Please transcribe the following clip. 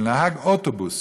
של נהג אוטובוס,